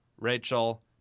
Rachel